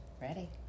Ready